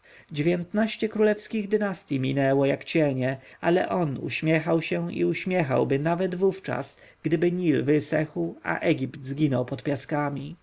dziewiętnaście królewskich dynastyj minęło jak cienie ale on uśmiechał się i uśmiechałby się nawet wówczas gdyby nil wysechł a egipt zginął pod piaskami